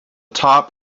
top